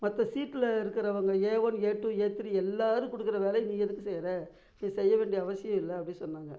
மற்ற சீட்டில் இருக்கிறவங்க A one A two A three எல்லாேரும் கொடுக்கற வேலையை நீ எதுக்கு செய்கிற நீ செய்ய வேண்டிய அவசியம் இல்லை அப்படின்னு சொன்னாங்க